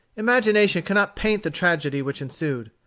imagination cannot paint the tragedy which ensued.